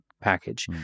package